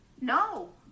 No